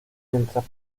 mientras